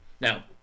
Now